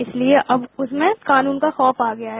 इसलिए अब उसमें कानून का खौफ आ गया है